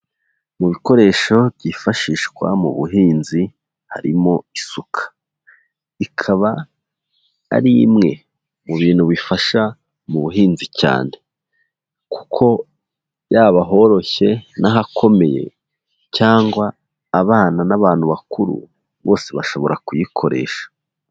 Mu bikoresho byifashishwa mu buhinzi harimo isuka. Ikaba ari imwe mu bintu bifasha mu buhinzi cyane kuko yaba ahoroshye n'ahakomeye cyangwa abana n'abantu bakuru bose bashobora kuyikoresha.